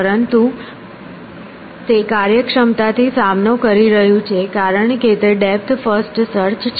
પરંતુ તે કાર્યક્ષમતા થી સામનો કરી રહ્યું છે કારણ કે તે ડેપ્થ ફર્સ્ટ સર્ચ છે